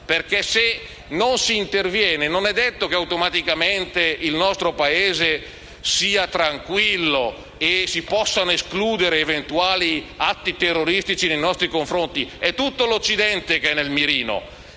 Se non si interviene, infatti, non è detto che, automaticamente, il nostro Paese sia tranquillo e si possano escludere eventuali atti terroristici nei nostri confronti. È tutto l'Occidente ad essere nel mirino.